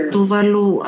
Tuvalu